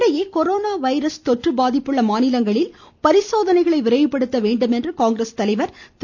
இதனிடையே corona virus தொற்று பாதிப்புள்ள மாநிலங்களில் பரிசோதனைகளை விரைவுபடுத்த வேண்டும் என்று காங்கிரஸ் தலைவர் திரு